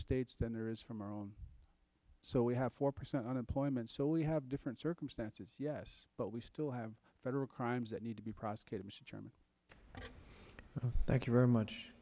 states than there is from our own so we have four percent unemployment so we have different circumstances yes but we still have federal crimes that need to be prosecuted thank you very much